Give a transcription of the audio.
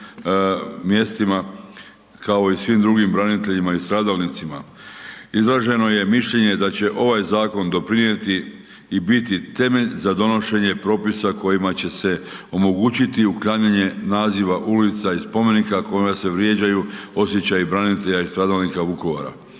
mjestima, kao i svim drugim braniteljima i stradalnicima. Izraženo je mišljenje da će ovaj zakon doprinijeti i biti temelj za donošenje propisa kojima će se omogućiti uklanjanje naziva ulica i spomenika kojima se vrijeđaju osjećaji branitelja i stradalnika Vukovara.